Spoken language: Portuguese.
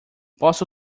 posso